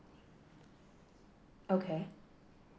okay